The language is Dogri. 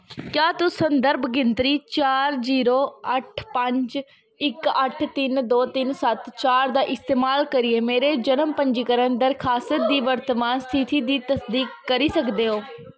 क्या तुस संदर्भ गिनतरी चार जीरो अट्ठ पंज इक अट्ठ तिन दौ तिन सत्त चार दा इस्तेमाल करियै मेरे जनम पंजीकरण दरखास्त दी वर्तमान स्थिति दी तसदीक करी सकदे ओ